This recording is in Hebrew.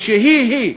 ושהיא-היא,